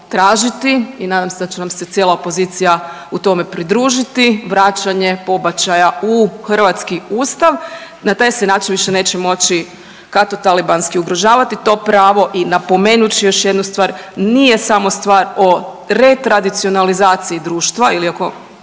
i nadam se da će nam se cijela opozicija u tome pridružiti, vraćanje pobačaja u hrvatski Ustav. Na taj se način više neće moći katotalibanski ugrožavati to pravo i napomenut ću još jednu stvar, nije samo stvar o retradicionalizaciji društva ili ako